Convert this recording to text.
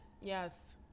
Yes